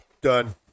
Done